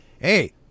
hey